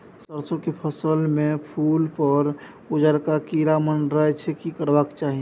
सरसो के फसल में फूल पर उजरका कीरा मंडराय छै की करबाक चाही?